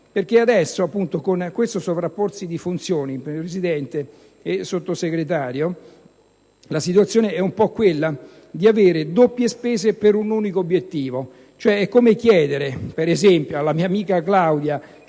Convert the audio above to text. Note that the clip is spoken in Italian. perché adesso, con questo sovrapporsi di funzioni, Presidente e Sottosegretario, la situazione è un po' quella di avere doppie spese per un unico obiettivo. È come chiedere, per esempio, alla mia amica Claudia,